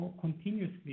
continuously